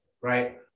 right